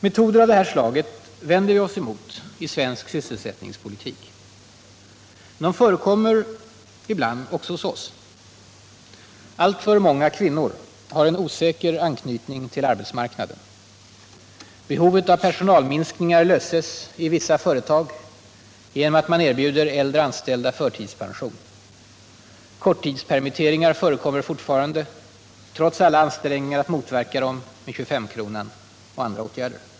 Metoder av det här slaget vänder vi oss mot i svensk sysselsättningspolitik. De förekommer dock ibland även hos oss. Alltför många kvinnor har en osäker anknytning till arbetsmarknaden. Behovet av personalminskningar löses i vissa företag genom att man erbjuder äldre anställda förtidspension. Korttidspermitteringar förekommer fortfarande, trots alla ansträngningar att motverka dem med 25-kronan och andra åtgärder.